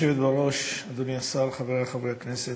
גברתי היושבת בראש, אדוני השר, חברי חברי הכנסת,